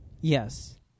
Yes